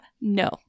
no